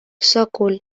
sòcol